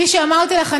כפי שאמרתי לך,